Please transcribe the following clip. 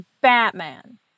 Batman